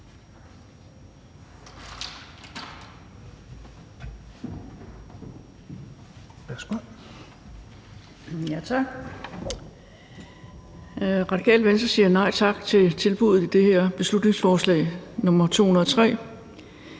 Radikale Venstre siger nej tak til tilbuddet i det her beslutningsforslag nr. 203.